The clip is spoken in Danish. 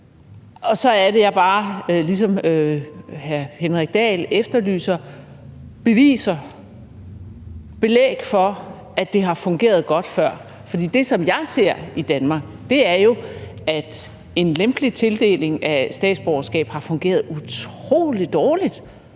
Og så er det, at jeg bare, ligesom hr. Henrik Dahl, efterlyser beviser, belæg for, at det har fungeret godt før. For det, som jeg ser i Danmark, er jo, at en lempelig tildeling af statsborgerskab har fungeret utrolig dårligt.